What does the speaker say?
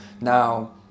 Now